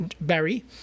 berry